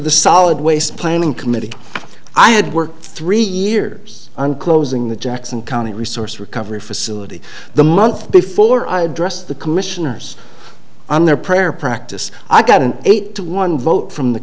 the solid waste planning committee i had worked three years on closing the jackson county resource recovery facility the month before i address the commissioners on their prayer practice i got an eight to one vote from the